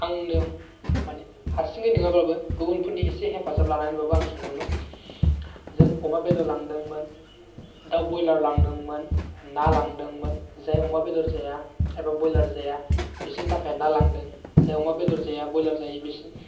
आंनो माने हारसिङै नङाबाबो गुबुनफोरनि एसे हेफाजाब लानानैबाबो आं संदोंमोन जों अमा बेदर लांदोंमोन दाउ ब्रयलार लांदोंमोन ना लांदोंमोन जाय अमा बेदर जाया एबा ब्रयलार जाया बिसोरनि थाखाय ना लांदों जाय अमा बेदर जाया ब्रयलार जायो बिसोर